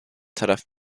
taraf